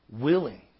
willing